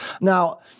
Now